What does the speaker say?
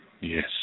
yes